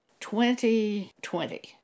2020